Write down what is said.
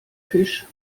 fisch